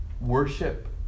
worship